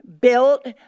built